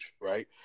right